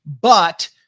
but-